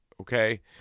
Okay